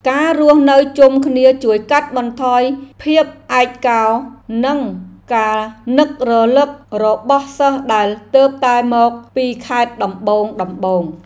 ការរស់នៅជុំគ្នាជួយកាត់បន្ថយភាពឯកោនិងការនឹករលឹករបស់សិស្សដែលទើបតែមកពីខេត្តដំបូងៗ។